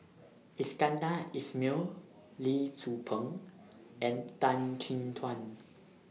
Iskandar Ismail Lee Tzu Pheng and Tan Chin Tuan